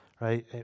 right